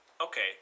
Okay